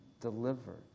delivered